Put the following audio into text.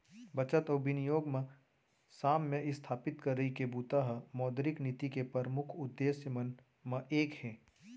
बचत अउ बिनियोग म साम्य इस्थापित करई के बूता ह मौद्रिक नीति के परमुख उद्देश्य मन म एक हे